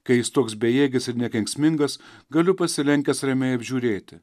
kai jis toks bejėgis ir nekenksmingas galiu pasilenkęs ramiai apžiūrėti